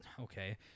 Okay